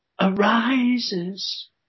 Arises